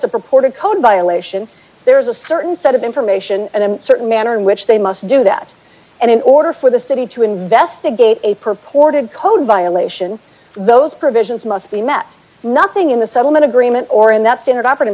reported code violation there is a certain set of information and a certain manner in which they must do that and in order for the city to investigate a purported code violation those provisions must be met nothing in the settlement agreement or in that standard operating